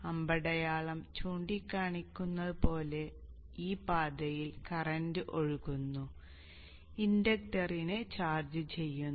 അമ്പടയാളം ചൂണ്ടിക്കാണിച്ചതുപോലെ ഈ പാതയിൽ കറന്റ് ഒഴുകുന്നു ഇൻഡക്ടറിനെ ചാർജ് ചെയ്യുന്നു